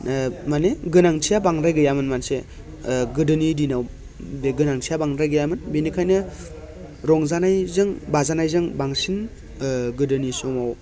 ओ माने गोनांथिया बांद्राय गैयामोन ओ गोदोनि दिनाव बे गोनांथिया बांद्राय गैयामोन बिनिखायनो रंजानायजों बाजानायजों बांसिन ओ गोदोनि समाव